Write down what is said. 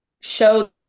show